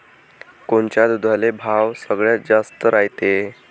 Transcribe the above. कोनच्या दुधाले भाव सगळ्यात जास्त रायते?